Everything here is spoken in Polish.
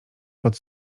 pod